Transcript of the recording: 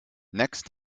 next